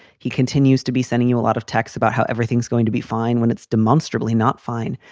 he continues to be sending you a lot of texts about how everything's going to be fine when it's demonstrably not fine.